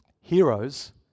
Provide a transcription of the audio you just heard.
Heroes